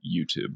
youtube